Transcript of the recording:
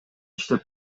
иштеп